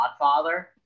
godfather